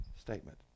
statement